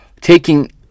taking